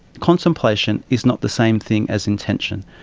contemplation is not the same thing as intention.